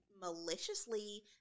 maliciously